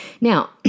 Now